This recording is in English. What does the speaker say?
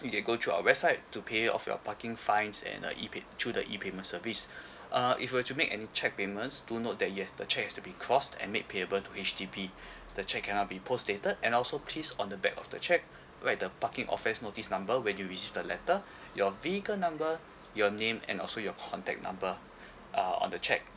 you can go to our website to pay off your parking fines and uh E paym~ through the E payment service uh if you were to make any cheque payments do note that you have the cheque has to be crossed and make payable to H_D_B the cheque can now be post dated and also please on the back of the cheque write the parking offence notice number when you receive the letter your vehicle number your name and also your contact number uh on the cheque